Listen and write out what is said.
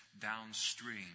downstream